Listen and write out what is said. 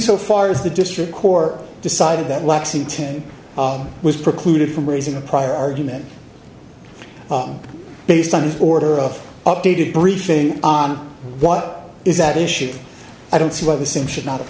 so far as the district corps decided that lexington was precluded from raising a prior argument based on order of updated briefing on what is that issue i don't see why the same should not